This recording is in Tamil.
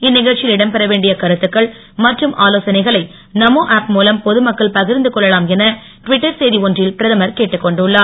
இந்நிகழ்ச்சியில் இடம் பெற வேண்டிய கருத்துக்கள் மற்றும் ஆலோசனைகளை நமோ ஆப் மூலம் பொது மக்கள் பகிர்ந்து கொள்ளலாம் என டுவிட்டர் செய்தி ஒன்றில் பிரதமர் கேட்டுக் கொண்டுள்ளார்